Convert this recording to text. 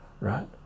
right